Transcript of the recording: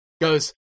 goes